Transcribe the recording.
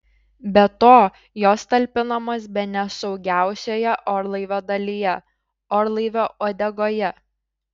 be to jos talpinamos bene saugiausioje orlaivio dalyje orlaivio uodegoje